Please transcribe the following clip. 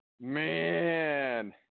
Man